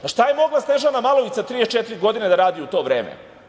Šta je mogla Snežana Malović sa 34 godine da radi u to vreme?